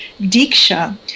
Diksha